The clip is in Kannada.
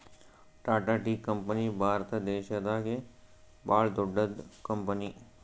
ಟಾಟಾ ಟೀ ಕಂಪನಿ ಭಾರತ ದೇಶದಾಗೆ ಭಾಳ್ ದೊಡ್ಡದ್ ಕಂಪನಿ